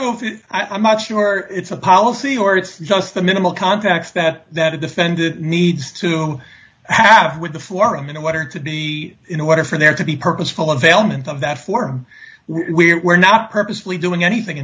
know if i'm not sure it's a policy or it's just the minimal contacts that that a defendant needs to have with the forum in order to be in order for there to be purposeful of ailments of that form we were not purposely doing anything